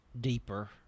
deeper